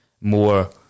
more